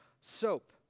soap